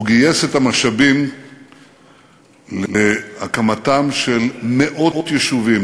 הוא גייס את המשאבים להקמתם של מאות יישובים.